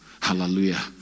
Hallelujah